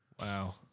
Wow